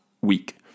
week